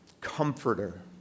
comforter